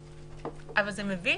אבל זה מביש.